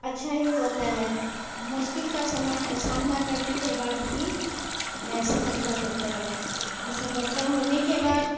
अच्छी ही होती है मुश्किल का समाय सामना करने के बाद ही ए सफलता होती है और सफलता होने के बाद